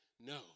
no